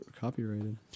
copyrighted